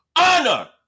honor